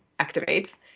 activates